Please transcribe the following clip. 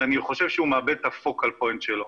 אבל אני חושב שהוא מאבד את ה-focal point שלו.